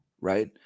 right